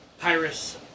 Pyrus